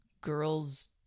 girl's